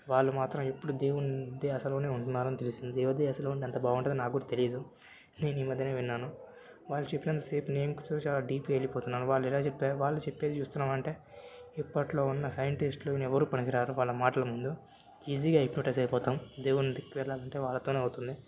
వాళ్ళు మాత్రం ఎప్పుడూ దేవుని ధ్యాసలోనే ఉంటునారని తెలిసింది దేవుడు ధ్యాసలో ఎంత బాగుంటాదో నాక్కూడా తెలీదు నేనీమధ్యనే విన్నాను వాళ్ళు చెప్పినంత సేపు నేను చూశాను నేను డీప్గా వెళ్ళిపోతున్నాను వాళ్ళెలా చెప్పారు వాళ్ళు చెప్పే చూసినామంటే ఇప్పట్లో ఉన్న సైంటిస్టులు గానీ ఎవరూ పనికిరారు వాళ్ళ మాటల ముందు ఈజీగా హిప్నటైజ్ అయిపోతాం దేవుని దిక్కెళ్ళాలంటే వాళ్ళతోనే అవుతుంది